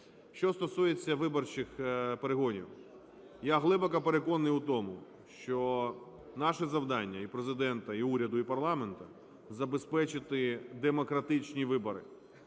Що стосується виборчих перегонів, я глибоко переконаний у тому, що наше завдання, і Президента, і уряду, і парламенту, – забезпечити демократичні вибори.